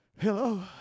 Hello